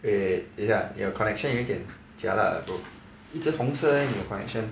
wait wait wait 等下你的 connection 有一点 jialat leh bro 一直红色 leh 你的 connection